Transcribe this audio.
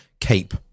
cape